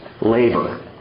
labor